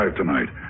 tonight